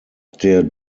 der